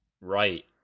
right